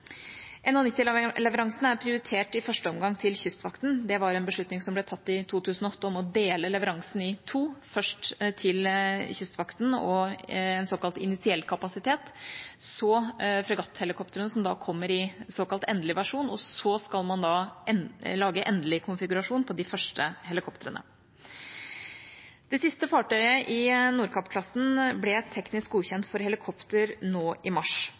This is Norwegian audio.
i første omgang prioritert til Kystvakten. Det var en beslutning – som ble tatt i 2008 – om å dele leveransen i to, først til Kystvakten, en såkalt initiell kapasitet, så til fregatthelikoptrene, som kommer i såkalt endelig versjon, og så skal man da lage endelig konfigurasjon på de første helikoptrene. Det siste fartøyet i Nordkapp-klassen ble teknisk godkjent for helikopter i mars.